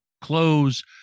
clothes